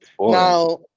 Now